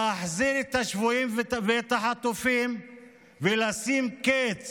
להחזיר את השבויים ואת החטופים ולשים קץ